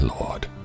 Lord